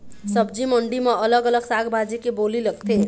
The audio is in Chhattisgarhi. सब्जी मंडी म अलग अलग साग भाजी के बोली लगथे